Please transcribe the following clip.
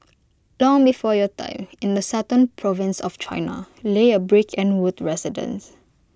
long before your time in the southern province of China lay A brick and wood residence